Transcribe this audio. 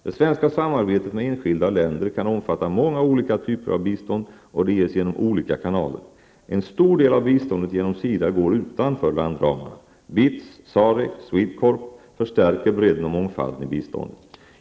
Det svenska samarbetet med enskilda länder kan omfatta många olika typer av bistånd, och det ges genom olika kanaler. En stor del av biståndet genom SIDA går utanför landramarna. BITS, SAREC och SWEDECORP förstärker bredden och mångfalden i biståndet.